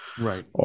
right